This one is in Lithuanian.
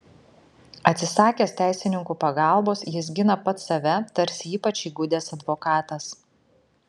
atsisakęs teisininkų pagalbos jis gina pats save tarsi ypač įgudęs advokatas